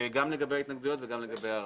גם לגבי ההתנגדויות וגם לגבי העררים.